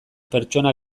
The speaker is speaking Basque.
pertsona